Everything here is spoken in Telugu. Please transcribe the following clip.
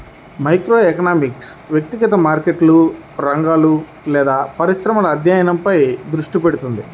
మైక్రోఎకనామిక్స్ వ్యక్తిగత మార్కెట్లు, రంగాలు లేదా పరిశ్రమల అధ్యయనంపై దృష్టి పెడుతుంది